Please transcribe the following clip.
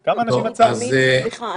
סליחה,